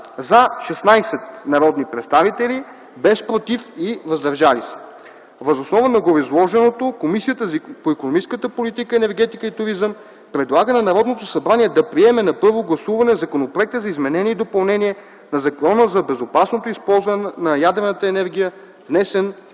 – 16 народни представители, без „против” и „въздържали се”. Въз основа на гореизложеното Комисията по икономическата политика, енергетика и туризъм предлага на Народното събрание да приеме на първо гласуване Законопроекта за изменение и допълнение на Закона за безопасното използване на ядрената енергия, внесен